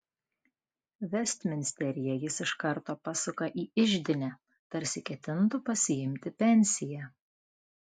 vestminsteryje jis iš karto pasuka į iždinę tarsi ketintų pasiimti pensiją